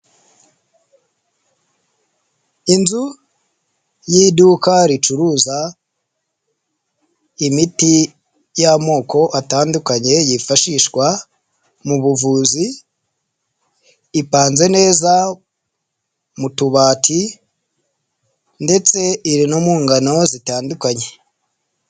Inzu y'iduka ricuruza imiti y'amoko atandukanye yifashishwa mu buvuzi, ipanze neza mu tubati ndetse iri no mu ngano zitandukanye.